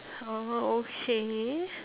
uh okay